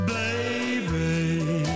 baby